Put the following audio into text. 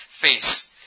face